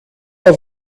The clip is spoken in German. auf